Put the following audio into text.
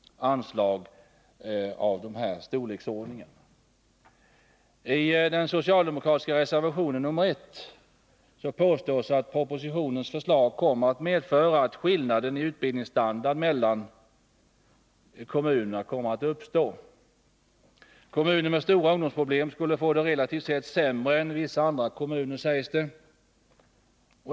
I den socialdemokratiska reservationen nr 1 påstås att propositionens förslag kommer att medföra att skillnader i utbildningsstandard mellan kommuner uppstår. Kommuner med stora ungdomsproblem skulle få det relativt sett sämre än viss andra kommuner, sägs det.